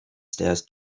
stairs